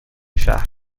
شهر